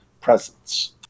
presence